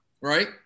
right